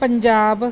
Punjab